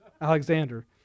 Alexander